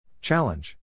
Challenge